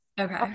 okay